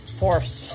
force